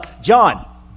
John